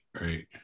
right